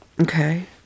Okay